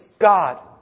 God